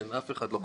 אף אחד לא חזה.